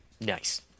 Nice